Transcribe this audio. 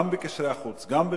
גם בקשרי החוץ, גם הביטחונית,